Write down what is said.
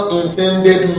intended